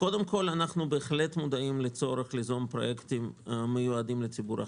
בהחלט מודעים לצורך ליזום פרויקטים המיועדים לציבור החרדי,